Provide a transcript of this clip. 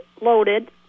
loaded